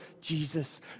Jesus